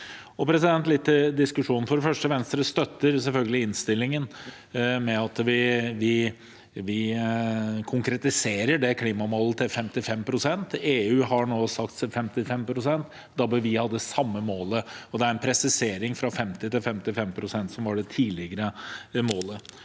til diskusjonen: For det første støtter Venstre selvfølgelig innstillingen om at vi konkretiserer klimamålet til 55 pst. EU har nå sagt 55 pst., da bør vi ha det samme målet. Det er en presisering fra 50, som var det tidligere målet,